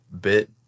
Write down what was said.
bit